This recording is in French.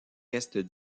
restent